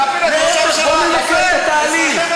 להפיל, אני רוצה ממשלה, בוא נמצה את התהליך.